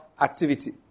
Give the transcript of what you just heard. activity